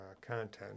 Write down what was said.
content